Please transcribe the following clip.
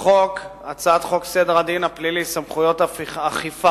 בהצעת חוק סדר הדין הפלילי (סמכויות אכיפה,